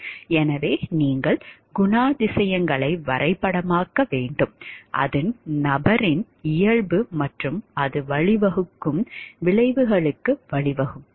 எனவே நீங்கள் குணாதிசயங்களை வரைபடமாக்க வேண்டும் அது நபரின் இயல்பு மற்றும் அது வழிவகுக்கும் விளைவுகளுக்கு வழிவகுக்கும்